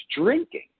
drinking